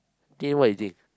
then what is it